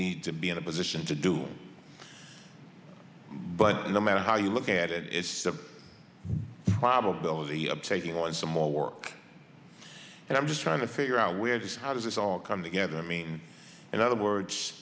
need to be in a position to do but no matter how you look at it it's a probability of taking on some more work and i'm just trying to figure out where this how does this all come together i mean in other words